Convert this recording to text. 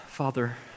Father